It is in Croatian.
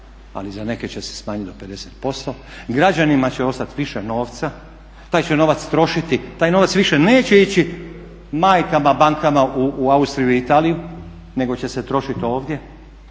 ali za neke će se smanjit do 50%. Građanima će ostat više novca, taj će novac trošiti, taj novac više neće ići majkama bankama u Austriju i Italiju nego će se trošit ovdje